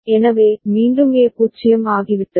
எனவே மீண்டும் A 0 ஆகிவிட்டது